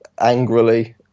angrily